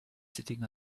sitting